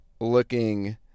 looking